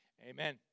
Amen